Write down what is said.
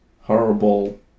horrible